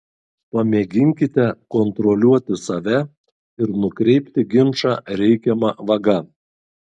pamėginkite kontroliuoti save ir nukreipti ginčą reikiama vaga